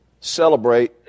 celebrate